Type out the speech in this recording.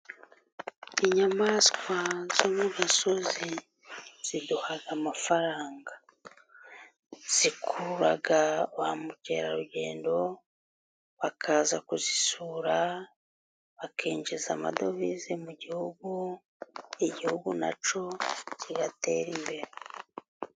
Inyamaswa zo mu gasozi ziduha amafaranga. Zikurura ba mukerarugendo bakaza kuzisura, bakinjiza amadovize mu gihugu, igihugu na cyo kigatera imbere.